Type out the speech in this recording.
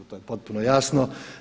To je potpuno jasno.